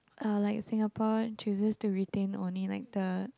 uh like Singapore chooses to retain only like the